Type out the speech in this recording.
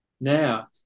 now